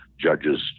judges